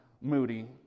Moody